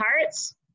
parts